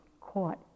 caught